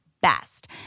Best